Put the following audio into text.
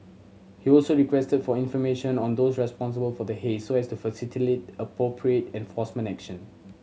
he also requested for information on those responsible for the haze so as to appropriate enforcement action